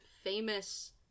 famous